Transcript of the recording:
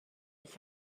ich